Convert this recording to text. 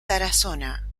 tarazona